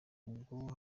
ubwo